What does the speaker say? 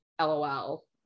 lol